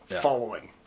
following